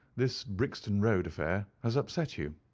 this brixton road affair has upset you.